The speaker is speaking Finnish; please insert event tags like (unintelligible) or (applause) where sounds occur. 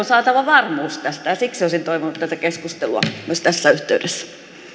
(unintelligible) saatava varmuus tästä ja siksi olisin toivonut tätä keskustelua myös tässä yhteydessä